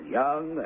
young